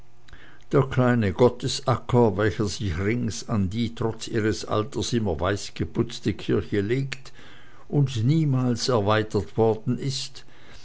der kleine gottesacker welcher sich rings an die trotz ihres alters immer weiß geputzte kirche legt und niemals erweitert worden ist